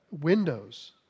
windows